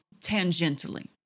tangentially